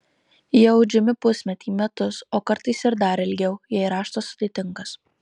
jie audžiami pusmetį metus o kartais ir dar ilgiau jei raštas sudėtingas